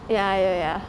ya ya ya